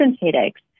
headaches